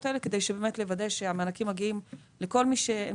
הללו כדי לוודא באמת שהמענקים מגיעים לכל מי שהם